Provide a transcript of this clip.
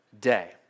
day